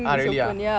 ah really ah